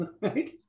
right